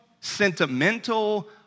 sentimental